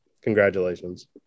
congratulations